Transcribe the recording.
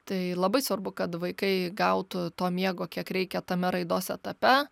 tai labai svarbu kad vaikai gautų to miego kiek reikia tame raidos etape